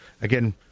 Again